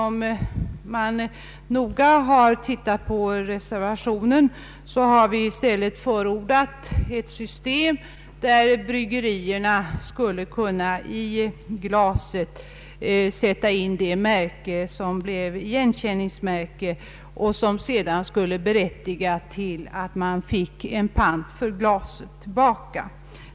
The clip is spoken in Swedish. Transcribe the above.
Om man noga läser reservationen finner man att vi i stället förordar ett system, där bryggerierna i glasen stämplar in ett igenkänningsmärke, vilket sedan skulle berättiga till att pant erhölls för glasen.